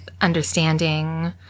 understanding